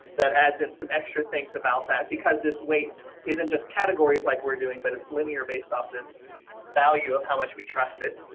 that adds in some extra things about that because this weight isn't just categories like we're doing, but it's linear, based off this value of how much we trust it.